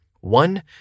One